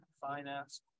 finance